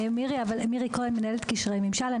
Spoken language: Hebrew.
מירה כהן, מנהלת קשרי ממשל.